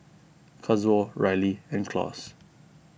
Kazuo Riley and Claus